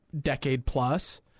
decade-plus